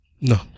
No